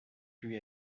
lui